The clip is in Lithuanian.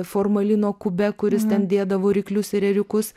formalino kube kur jis ten dėdavo ryklius ir ėriukus